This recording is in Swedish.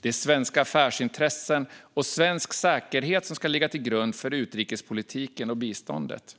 Det är svenska affärsintressen och svensk säkerhet som ska ligga till grund för utrikespolitiken och biståndet.